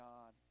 God